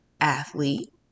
athlete